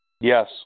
Yes